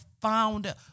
found